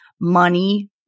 money